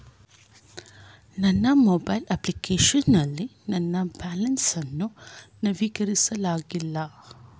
ನನ್ನ mobile application ನಲ್ಲಿ ನನ್ನ ಬ್ಯಾಲೆನ್ಸ್ ಅನ್ನು ನವೀಕರಿಸಲಾಗಿಲ್ಲ